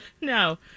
No